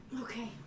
Okay